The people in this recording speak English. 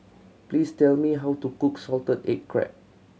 please tell me how to cook salted egg crab